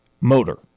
motor